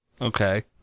Okay